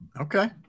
Okay